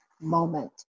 moment